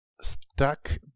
stuck